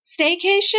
staycation